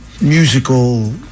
musical